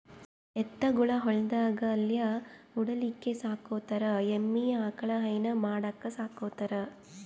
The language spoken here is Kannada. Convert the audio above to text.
ಎತ್ತ್ ಗೊಳ್ ಹೊಲ್ದಾಗ್ ಗಳ್ಯಾ ಹೊಡಿಲಿಕ್ಕ್ ಸಾಕೋತಾರ್ ಎಮ್ಮಿ ಆಕಳ್ ಹೈನಾ ಮಾಡಕ್ಕ್ ಸಾಕೋತಾರ್